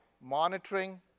monitoring